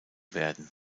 werden